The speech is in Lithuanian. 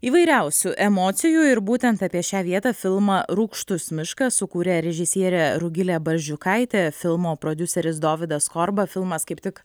įvairiausių emocijų ir būtent apie šią vietą filmą rūgštus miškas sukūrė režisierė rugilė barzdžiukaitė filmo prodiuseris dovydas korba filmas kaip tik